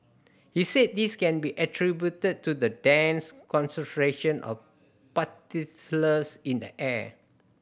he said this can be attributed to the dense concentration of particles in the air